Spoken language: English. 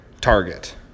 target